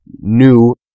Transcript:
new